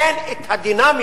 אין את הדינמיות,